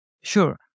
Sure